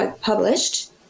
published